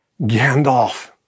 Gandalf